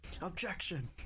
Objection